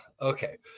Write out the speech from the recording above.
okay